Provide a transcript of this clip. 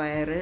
വയറ്